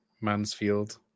Mansfield